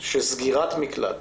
שסגירת מקלט